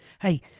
Hey